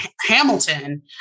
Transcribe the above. Hamilton